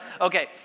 Okay